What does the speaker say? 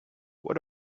what